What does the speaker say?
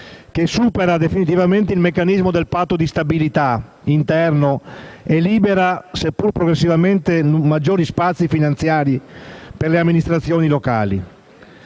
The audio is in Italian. supera definitivamente il meccanismo del Patto di stabilità interno e libera, seppure progressivamente, maggiori spazi finanziari per le amministrazioni locali.